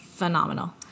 Phenomenal